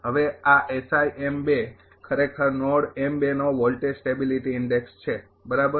હવે આ ખરેખર નોડ નો વોલ્ટેજ સ્ટેબિલીટી ઇન્ડેક્ષ છે બરાબર